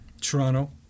Toronto